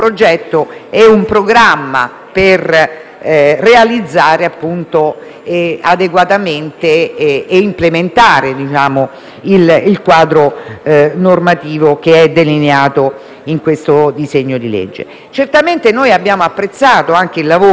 per realizzarlo adeguatamente implementando il quadro normativo delineato in questo disegno di legge. Certamente abbiamo apprezzato anche il lavoro svolto all'interno